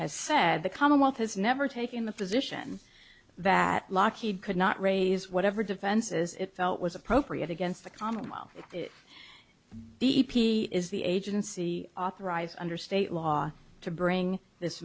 has said the commonwealth has never taken the position that lockheed could not raise whatever defenses it felt was appropriate against the commonwealth b p is the agency authorized under state law to bring this